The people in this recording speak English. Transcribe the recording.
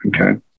Okay